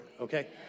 Okay